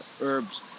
herbs